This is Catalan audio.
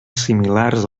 similars